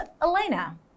Elena